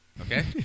okay